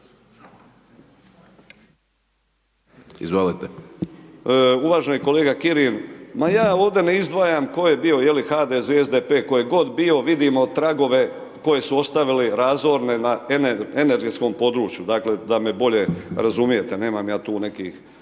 Hrvatsku)** Uvaženi kolega Kirin, ma ja ovdje ne izdvajam tko je bio je li HDZ, SDP, tko je god bio, vidimo tragove koje su ostavili razorne na energetskom području, dakle da me bolje razumijete, nemam ja tu nekih,